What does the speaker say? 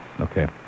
Okay